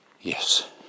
Yes